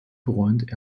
freund